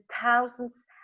thousands